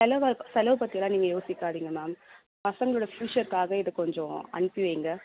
செலவை செலவை பற்றிலாம் நீங்கள் யோசிக்காதிங்க மேம் பசங்களோடய ஃபியூச்சர்க்காக இதை கொஞ்சம் அனுப்பி வையுங்க